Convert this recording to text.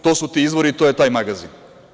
To su ti izvori i to je taj magazin.